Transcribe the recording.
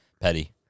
petty